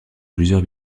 plusieurs